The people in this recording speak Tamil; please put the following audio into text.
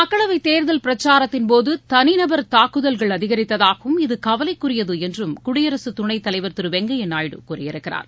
மக்களவைத் தேர்தல் பிரச்சாரத்தின்போது தனிநபர் தாக்குதல்கள் அதிகரித்ததாகவும் இது கவலைக்குரியது என்றும் குடியரசுத் துணைத்தலைவர் திரு வெங்கையா நாயுடு கூறியிருக்கிறார்